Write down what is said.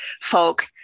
folk